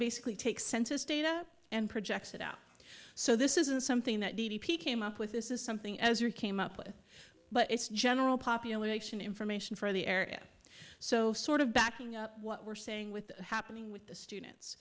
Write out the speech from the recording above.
basically takes census data and projects it up so this isn't something that d d p came up with this is something as you came up with but it's general population information for the area so sort of backing up what we're saying with happening with the students